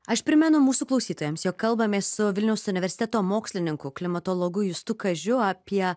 aš primenu mūsų klausytojams jog kalbamės su vilniaus universiteto mokslininku klimatologu justu kažiu apie